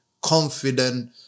confident